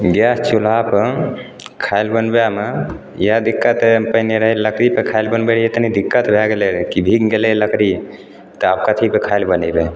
gas चुल्हापर खाइले बनबैमे इएह दिक्कत अइ पहिने रहै लकड़ीपर खाइले बनबै रहिए तनि दिक्कत भै गेल रहै कि भीगि गेलै लकड़ी तऽ आब कथीपर खाइले बनेबै